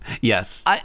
Yes